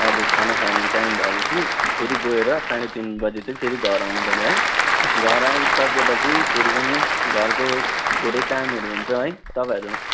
हजुर खाना खाने टाइम भएपछि फेरि गएर साढे तिन बजे चाहिँ फेरि घर आउनुपर्ने है घर आइसकेपछि फेरि पनि घरको धेरै कामहरू हुन्छ है तपाईँहरू